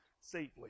safely